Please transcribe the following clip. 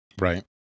Right